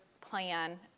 plan